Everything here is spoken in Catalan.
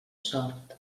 sort